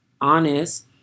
honest